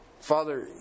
Father